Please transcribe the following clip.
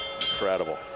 Incredible